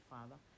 Father